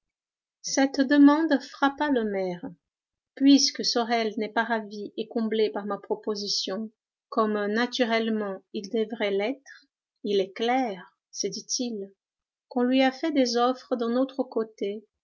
cette demande frappa le maire puisque sorel n'est pas ravi et comblé par ma proposition comme naturellement il devrait l'être il est clair se dit-il qu'on lui a fait des offres d'un autre côté